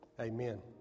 amen